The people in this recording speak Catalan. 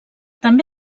també